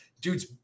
Dudes